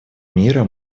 мира